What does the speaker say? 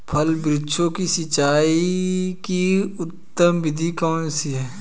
फल वृक्षों की सिंचाई की उत्तम विधि कौन सी है?